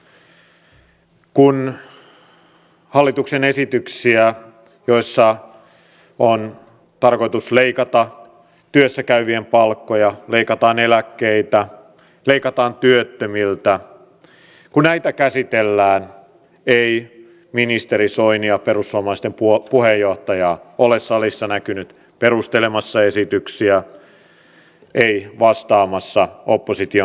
kun käsitellään hallituksen esityksiä joissa on tarkoitus leikata työssä käyvien palkkoja leikata eläkkeitä leikata työttömiltä ei ministeri soinia perussuomalaisten puheenjohtajaa ole salissa näkynyt perustelemassa esityksiä ei vastaamassa opposition kysymyksiin